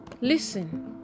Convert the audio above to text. Listen